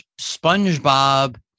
SpongeBob